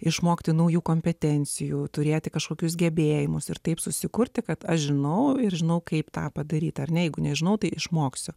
išmokti naujų kompetencijų turėti kažkokius gebėjimus ir taip susikurti kad aš žinau ir žinau kaip tą padaryti ar ne jeigu nežinau tai išmoksiu